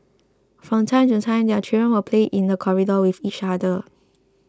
from time to time their children would play in the corridor with each other